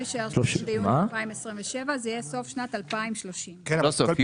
(30 ביוני 2027). זה לא יהיה 2027 אלא סוף שנת 2030. לא סוף.